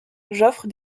joffre